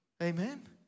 Amen